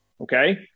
okay